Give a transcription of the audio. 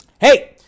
Hey